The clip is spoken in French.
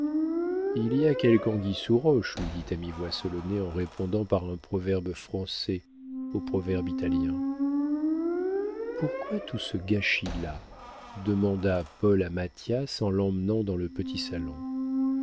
il y a quelque anguille sous roche lui dit à mi-voix solonet en répondant par un proverbe français au proverbe italien pourquoi tout ce gâchis là demanda paul à mathias en l'emmenant dans le petit salon